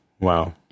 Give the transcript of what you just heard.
Wow